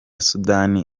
sudan